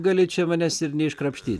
gali čia manęs ir neiškrapštyt